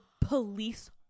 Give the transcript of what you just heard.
police